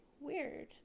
weird